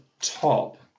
top